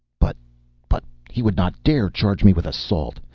but but he would not dare charge me with assault.